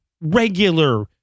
regular